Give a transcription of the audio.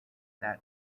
that